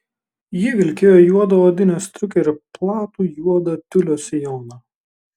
ji vilkėjo juodą odinę striukę ir platų juodą tiulio sijoną